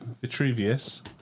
Vitruvius